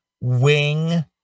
wing